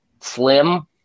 slim